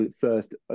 first